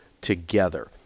together